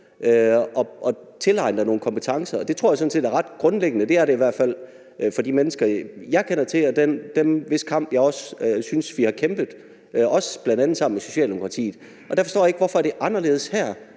og tilegne dig nogle kompetencer, og det tror jeg sådan set er ret grundlæggende. Det er det i hvert fald for de mennesker, jeg kender til, og for dem, hvis kamp jeg synes vi har kæmpet, bl.a. også sammen med Socialdemokratiet. Der forstår jeg ikke, hvorfor det er anderledes her.